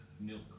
Milk